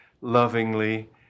lovingly